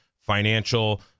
financial